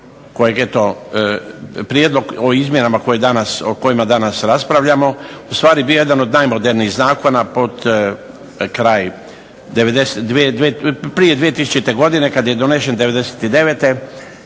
kojeg eto prijedlog o izmjenama o kojima danas raspravljamo ustvari bio jedan od najmodernijih zakona prije 2000. godine kad je donesen '99.